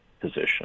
position